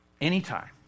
anytime